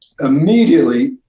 immediately